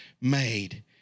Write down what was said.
made